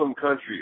country